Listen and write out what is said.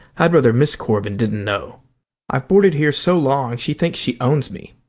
i'd rather mrs. corbin didn't know i've boarded here so long, she thinks she owns me.